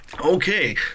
Okay